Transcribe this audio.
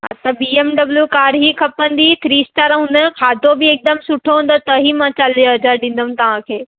त B M W car ई खपंदी थ्री स्टार हुन जो खाधो बि हिकदमि सुठो हूंदो त ही मां चालीह हज़ार ॾिंदमि तव्हांखे